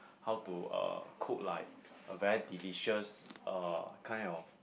how to uh cook like a very delicious uh kind of